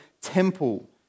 temple